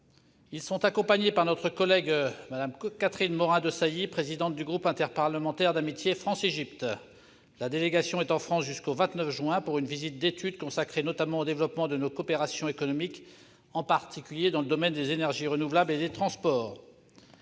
Ils sont accompagnés par notre collègue Mme Catherine Morin-Desailly, présidente du groupe interparlementaire d'amitié France Égypte. La délégation est en France jusqu'au 29 juin pour une visite d'étude consacrée notamment au développement de nos coopérations économiques, en particulier dans le domaine des énergies renouvelables et des transports.